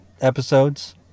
episodes